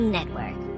Network